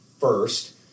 first